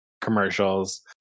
commercials